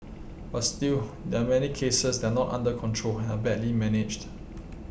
but still there are many cases that are not under control and are badly managed